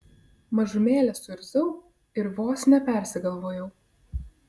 mažumėlę suirzau ir vos nepersigalvojau